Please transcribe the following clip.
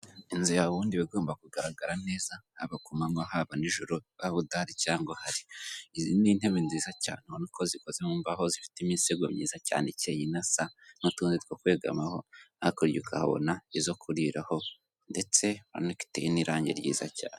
Inzu yawe ubundi bigomba kugaragara neza haba ku mananywa haba nijoro haba udahari cyangwa uhari, izi ni intebe nziza cyane ubona ko zikoze mu mbaho zifite imisego myiza cyane ikeye inasa n'utundi two kwegamaho hakurya ukahabona izo kuriraho ndetse urabona ko iteye n'irange ryiza cyane.